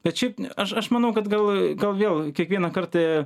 bet šiaip aš aš manau kad gal vėl kiekvieną kartą